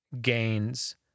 gains